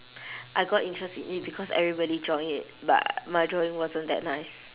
I got interest in it because everyone join it but my drawing wasn't that nice